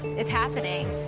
it's happening.